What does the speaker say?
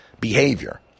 behavior